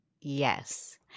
Yes